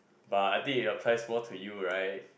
but I think it applies more to you